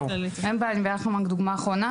אין בעיה, אני נותנת לכם רק דוגמה אחרונה.